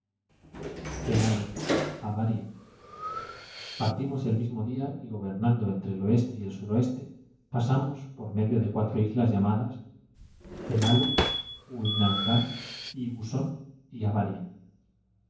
cénalo abarien partimos el mismo día y gobernando entre el oeste y el suroeste pasamos por medio de cuatro islas llamadas cénalo huinangan ibusson y abarien